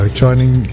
joining